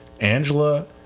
Angela